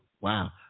Wow